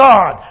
God